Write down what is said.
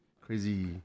crazy